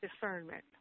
discernment